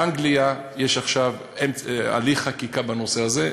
באנגליה יש עכשיו הליך חקיקה בנושא הזה,